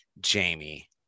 jamie